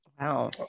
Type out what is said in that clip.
Wow